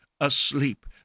asleep